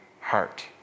heart